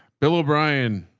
bill o'brien.